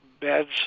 beds